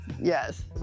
yes